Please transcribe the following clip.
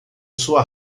sua